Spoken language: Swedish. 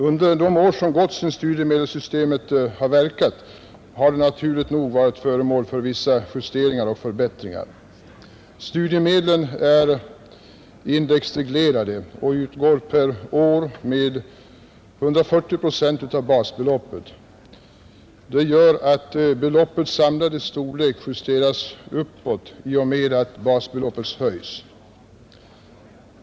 Under de år som gått sedan studiemedelssystemet infördes har det naturligt nog varit föremål för vissa justeringar och förbättringar. Studiemedlen är indexreglerade och utgår per år med 140 procent av basbeloppet. Det gör att beloppets samlade storlek justeras uppåt i och med att basbeloppet höjs.